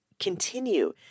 continue